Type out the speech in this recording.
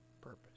purpose